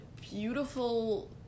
beautiful